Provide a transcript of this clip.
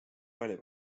palju